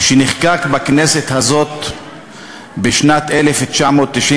שנחקק בכנסת הזאת בשנת 1992,